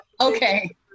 Okay